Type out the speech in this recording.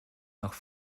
nach